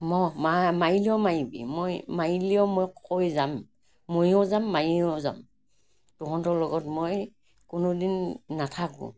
মই মা মাৰিলেও মাৰিবি মই মাৰিলেও মই কৈ যাম মৰিও যাম মাৰিও যাম তহঁতৰ লগত মই কোনোদিন নাথাকোঁ